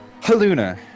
Haluna